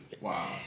Wow